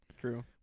True